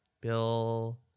Bill